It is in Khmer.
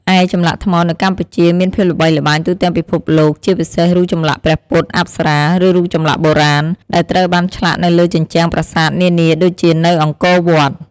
ឯចម្លាក់ថ្មនៅកម្ពុជាមានភាពល្បីល្បាញទូទាំងពិភពលោក ជាពិសេស រូបចម្លាក់ព្រះពុទ្ធ អប្សរា ឬរូបចម្លាក់បុរាណ ដែលត្រូវបានឆ្លាក់នៅលើជញ្ជាំងប្រាសាទនានាដូចជានៅអង្គរវត្ត។